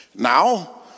Now